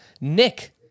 Nick